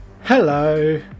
Hello